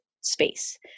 space